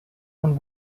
und